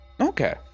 Okay